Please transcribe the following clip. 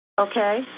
Okay